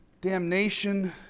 damnation